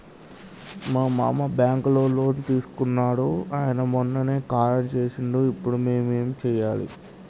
మా మామ బ్యాంక్ లో లోన్ తీసుకున్నడు అయిన మొన్ననే కాలం చేసిండు ఇప్పుడు మేం ఏం చేయాలి?